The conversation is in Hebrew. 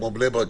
כמו בני ברק,